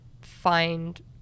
find